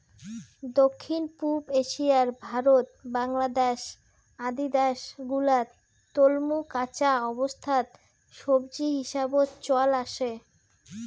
দক্ষিণ পুব এশিয়ার ভারত, বাংলাদ্যাশ আদি দ্যাশ গুলাত তলমু কাঁচা অবস্থাত সবজি হিসাবত চল আসে